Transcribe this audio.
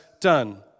done